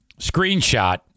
screenshot